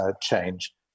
change